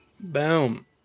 Boom